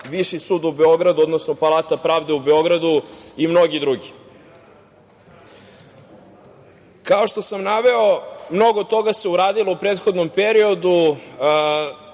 Viši sud u Beogradu, odnosno Plata pravde u Beogradu i mnogi drugi. Kao što sam naveo mnogo toga se uradilo u prethodnom periodu,